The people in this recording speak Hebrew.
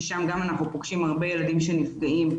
ששם אנחנו פוגשים הרבה ילדים שנפגעים.